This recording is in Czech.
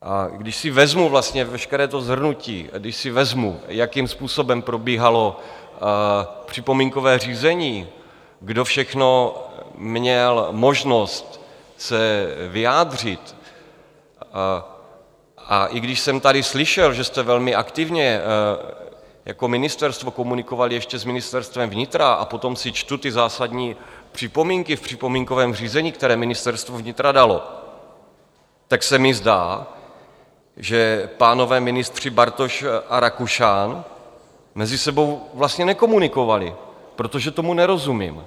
A když si vezmu vlastně veškeré to shrnutí, když si vezmu, jakým způsobem probíhalo připomínkové řízení, kdo všechno měl možnost se vyjádřit, a i když jsem tady slyšel, že jste velmi aktivně jako ministerstvo komunikovali ještě s Ministerstvem vnitra, a potom si čtu ty zásadní připomínky v připomínkovém řízení, které Ministerstvo vnitra dalo, tak se mi zdá, že pánové ministři Bartoš a Rakušan mezi sebou vlastně nekomunikovali, protože tomu nerozumím.